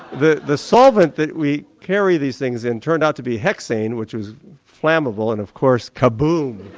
the the solvent that we carry these things in turned out to be hexane, which was flammable and of course kaboom